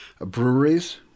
breweries